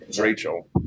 Rachel